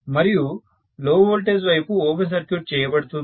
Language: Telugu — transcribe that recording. మరియు లో వోల్టేజ్ వైపు ఓపెన్ సర్క్యూట్ చేయబడుతుంది